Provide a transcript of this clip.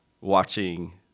watching